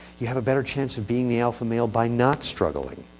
you have a better chance of being the alpha male by not struggling.